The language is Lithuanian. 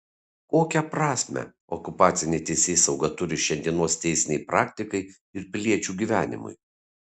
kokią prasmę okupacinė teisėsauga turi šiandienos teisinei praktikai ir piliečių gyvenimui